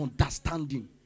understanding